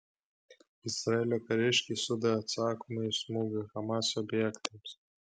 izraelio kariškiai sudavė atsakomųjų smūgių hamas objektams